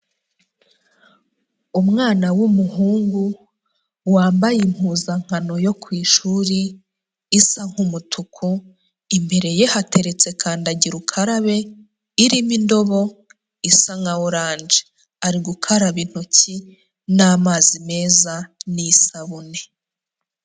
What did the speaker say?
Umwana w'umuhungu, wambaye impuzankano yo ku ishuri, isa nk'umutuku, imbere ye hateretse kandagira ukarabe irimo indobo isa nka oranje, ari gukaraba intoki n'amazi meza n'isabune.